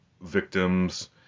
victims